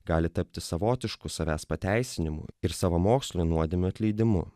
gali tapti savotišku savęs pateisinimu ir savamokslių nuodėmių atleidimu